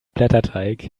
blätterteig